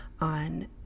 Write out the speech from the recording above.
on